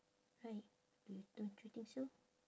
right do you don't you think so